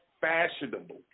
fashionable